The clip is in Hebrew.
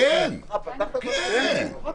הוא אומר לך שהאנשים בדרך.